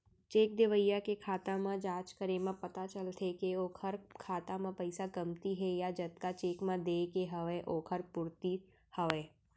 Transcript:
cheque देवइया के खाता म जाँच करे म पता चलथे के ओखर खाता म पइसा कमती हे या जतका चेक म देय के हवय ओखर पूरति हवय